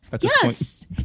yes